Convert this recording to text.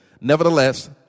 Nevertheless